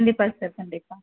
கண்டிப்பாக சார் கண்டிப்பாக